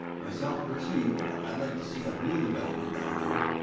myself personally, i'd like to see a real development down there.